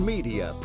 Media